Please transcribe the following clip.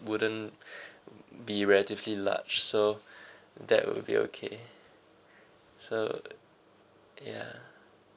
wouldn't be relatively large so that will be okay so yeah